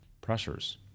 pressures